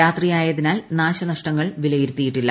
രാത്രിയായതിനാൽ നാശനഷ്ടങ്ങൾ വിലയിരുത്തിയിട്ടില്ല